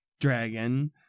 Dragon